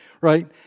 Right